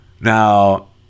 Now